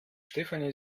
stefanie